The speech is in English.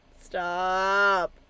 Stop